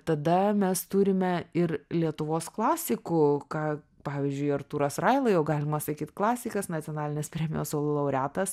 tada mes turime ir lietuvos klasikų ką pavyzdžiui artūras raila jau galima sakyt klasikas nacionalinės premijos laureatas